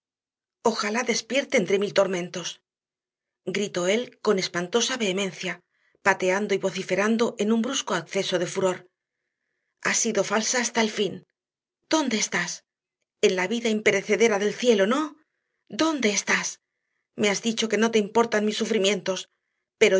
ojalá despierte entre mil tormentos gritó él con espantosa vehemencia pateando y vociferando en un brusco acceso de furor ha sido falsa hasta el fin dónde estás en la vida imperecedera del cielo no dónde estás me has dicho que no te importan mis sufrimientos